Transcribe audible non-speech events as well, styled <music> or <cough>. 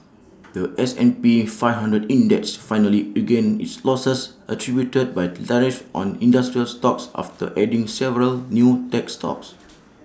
The S and P five hundred index finally regained its losses attributed by tariffs on industrial stocks after adding several new tech stocks <noise>